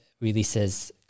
releases